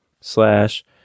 slash